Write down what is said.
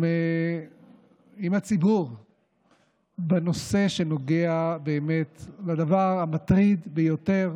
עם הציבור בנושא שנוגע לדבר המטריד ביותר